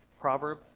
Proverb